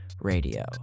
Radio